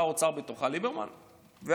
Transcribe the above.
ושר האוצר ליברמן בתוכה,